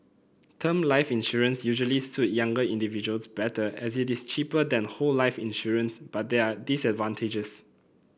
term life insurance usually suit younger individuals better as it is cheaper than whole life insurance but there are disadvantages